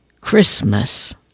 Christmas